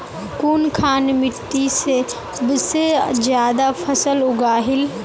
कुनखान मिट्टी सबसे ज्यादा फसल उगहिल?